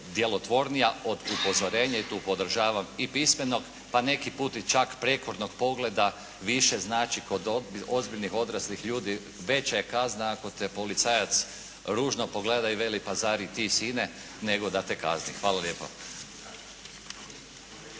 od upozorenja i tu podržavam i pismenog, a neki put i čak prijekornog pogleda više znači kod ozbiljnih, odraslih ljudi. Veća je kazna ako te policajac ružno pogleda i veli: “Pa zar i ti sine!“ nego da te kazni. Hvala lijepa.